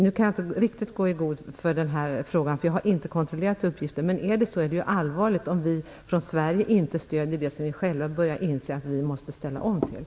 Jag kan inte riktigt gå i god för detta, för jag har inte kontrollerat uppgiften. Men det är allvarligt om vi från Sverige inte stöder det som vi börjar inse att vi själva måste ställa om till.